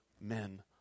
men